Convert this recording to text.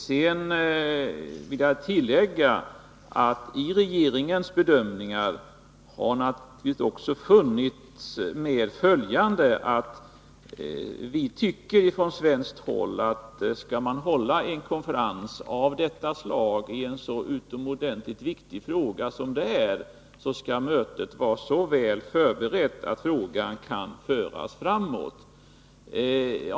Vidare vill jag tillägga att i regeringens bedömningar har naturligtvis också funnits med åsikten från svenskt håll att om en konferens av detta slag och i en så utomordentligt viktig fråga som denna skall hållas, skall mötet vara så väl förberett att frågan kan föras framåt.